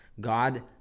God